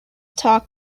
talk